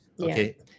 Okay